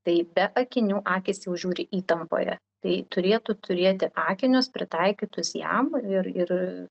tai be akinių akys jau žiūri įtampoje tai turėtų turėti akinius pritaikytus jam ir ir